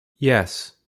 yes